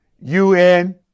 UN